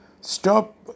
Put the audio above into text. Stop